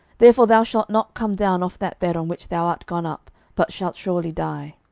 therefore thou shalt not come down off that bed on which thou art gone up, but shalt surely die.